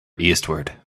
eastward